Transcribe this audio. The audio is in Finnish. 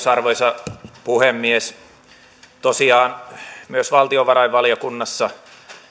arvoisa puhemies tosiaan myös valtiovarainvaliokunnassa